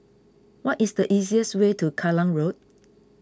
what is the easiest way to Road